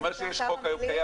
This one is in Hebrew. העסקה מוארכת באופן אוטומטי,